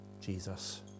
Jesus